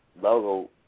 logo